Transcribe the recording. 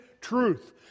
truth